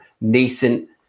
nascent